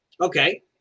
Okay